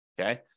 okay